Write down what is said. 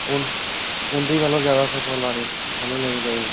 ओह् कु उं'दे कोलां जैदा सगुआं असें लानी मतलब लेनी चाहिदी